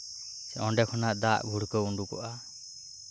ᱚᱸᱰᱮ ᱠᱷᱚᱱᱟᱜ ᱫᱟᱜ ᱵᱷᱩᱲᱠᱟᱹᱣ ᱩᱰᱩᱠᱚᱜᱼᱟ